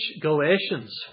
Galatians